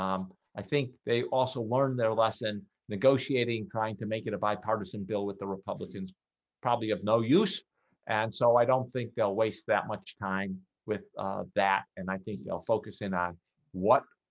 um i think they also learned their lesson negotiating trying to make it a bipartisan bill with the republicans probably of no use and so i don't think they'll waste that much time with that and i think they'll focus in on what?